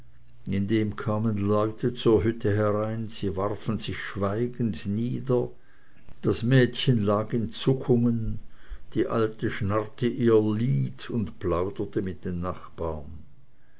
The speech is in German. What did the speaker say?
indem kamen leute zur hütte herein sie warfen sich schweigend nieder das mädchen lag in zuckungen die alte schnarrte ihr lied und plauderte mit den nachbarn